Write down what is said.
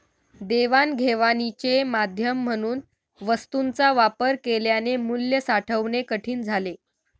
देवाणघेवाणीचे माध्यम म्हणून वस्तूंचा वापर केल्याने मूल्य साठवणे कठीण झाले